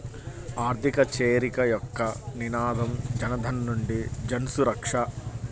ఆర్థిక చేరిక యొక్క నినాదం జనధన్ నుండి జన్సురక్ష